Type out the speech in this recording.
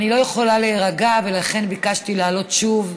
אני לא יכולה להירגע, ולכן ביקשתי לעלות שוב,